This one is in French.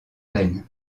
graine